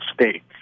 states